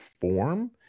form